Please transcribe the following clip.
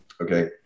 okay